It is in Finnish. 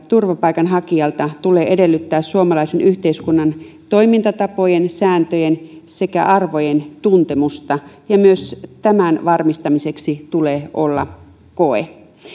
turvapaikanhakijalta tulee samoin edellyttää suomalaisen yhteiskunnan toimintatapojen sääntöjen sekä arvojen tuntemusta ja myös tämän varmistamiseksi tulee olla koe